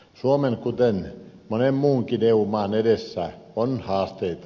suomen kuten monen muunkin eu maan edessä on haasteita